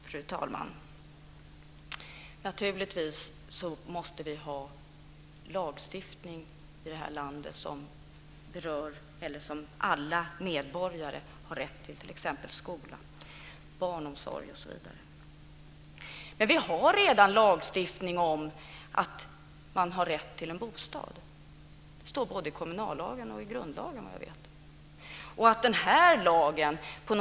Fru talman! Naturligtvis måste vi ha lagstiftning i detta land som innebär att alla medborgare har rätt till t.ex. skola och barnomsorg. Vi har redan lagstiftning om att alla har rätt till en bostad. Det står både i kommunallagen och i grundlagen, såvitt jag vet.